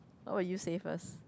how about you say first